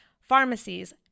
Pharmacies